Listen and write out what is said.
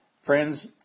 Friends